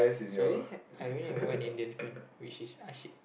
sorry I only had one Indian friend which is Ashik